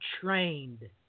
trained